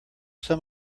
some